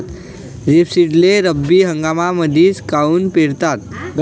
रेपसीडले रब्बी हंगामामंदीच काऊन पेरतात?